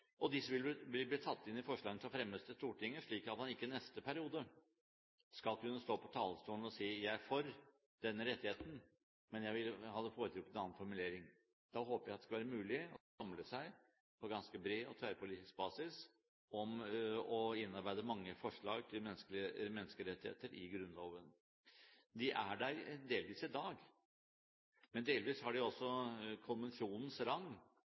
vil bli tatt inn i forslagene som fremmes for Stortinget, slik at man ikke i neste periode skal kunne stå på talerstolen og si: Jeg er for denne rettigheten, men jeg hadde foretrukket en annen formulering. Da håper jeg at det skal være mulig å samle seg på ganske bred og tverrpolitisk basis om å innarbeide mange forslag til menneskerettigheter i Grunnloven. De er der delvis i dag, men delvis har de også konvensjonens rang